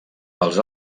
pels